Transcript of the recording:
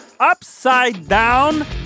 upside-down